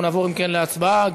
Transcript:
נעבור, אם כן, להצבעה.